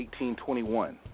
1821